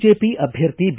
BJP ಅಭ್ಯರ್ಥಿ B